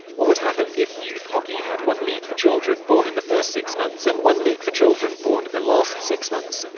what would happen if youth hockey had one league for children born in the first six months and one for children born in the last six months?